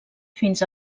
fins